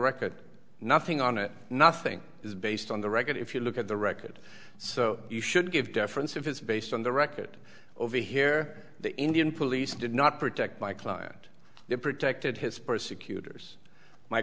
record nothing on it nothing is based on the record if you look at the record so you should give deference if it's based on the record over here the indian police did not protect my client they protected his persecut